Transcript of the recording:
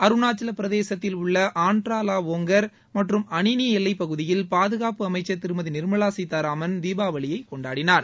அருணாச்சல பிரதேசத்தில் உள்ள ஆன்ட்ரா லா ஒங்கர் மற்றும் அனினி எல்லைப்பகுதியில் பாதுகாப்பு அமைச்சர் திருமதி நிர்மலா சீதாராமன் தீபாவளியை கொண்டாடினார்